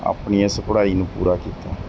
ਆਪਣੀ ਇਸ ਪੜ੍ਹਈ ਨੂੰ ਪੂਰਾ ਕੀਤਾ